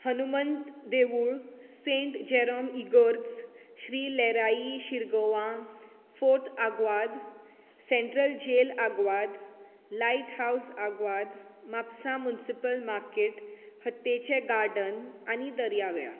हनुमंत देवूळ saint Jerome इगर्ज श्री लेयराई शिरगांवां fort Aguada central jail Aguada light house Aguada Mapusa municipal market हत्तेचें गार्डन आनी दर्या वेळो